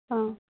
অঁ